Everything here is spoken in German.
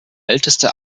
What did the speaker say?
älteste